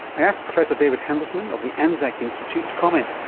i asked professor david handelsman of the anzac institute to comment.